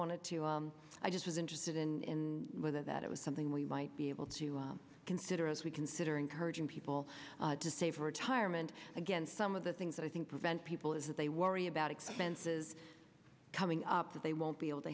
wanted to i just was interested in whether that it was something we might be able to consider as we consider encouraging people to save for retirement again some of the things that i think prevent people is that they worry about expenses coming up that they won't be able to